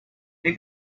they